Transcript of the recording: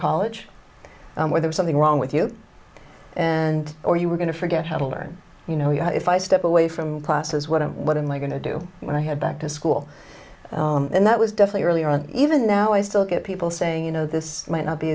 college where there's something wrong with you and or you were going to forget how to learn you know you know if i step away from classes what what am i going to do when i had back to school and that was definitely earlier on even now i still get people saying you know this might not be